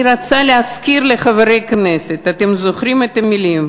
אני רוצה להזכיר לחברי הכנסת: אתם זוכרים את המילים